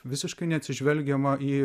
visiškai neatsižvelgiama į